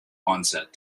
onset